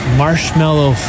marshmallow